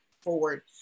forward